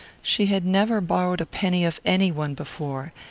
she had never borrowed a penny of any one before,